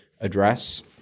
address